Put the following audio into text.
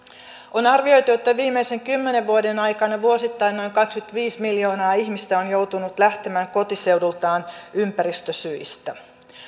on arvioitu että viimeisen kymmenen vuoden aikana vuosittain noin kaksikymmentäviisi miljoonaa ihmistä on joutunut lähtemään kotiseudultaan ympäristösyistä